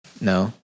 No